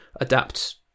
adapt